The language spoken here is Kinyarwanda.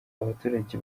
abaturage